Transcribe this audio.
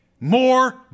more